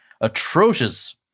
atrocious